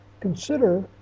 Consider